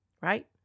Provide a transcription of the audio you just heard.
right